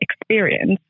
experience